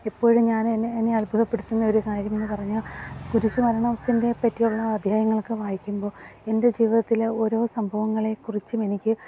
ഇപ്പോഴും ഞാൻ എന്നെ എന്നെ അത്ഭുതപ്പെടുത്തുന്നൊരു കാര്യമെന്ന് പറഞ്ഞാല് കുരിശ് മരണത്തിൻ്റെ പറ്റിയുള്ള അദ്ധ്യായങ്ങളൊക്കെ വായിക്കുമ്പോള് എൻ്റെ ജീവിതത്തിലെ ഓരോ സംഭവങ്ങളെക്കുറിച്ചുമെനിക്ക്